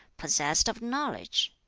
possessed of knowledge?